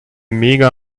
mega